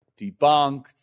debunked